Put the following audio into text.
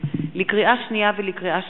לקריאה שנייה ולקריאה שלישית: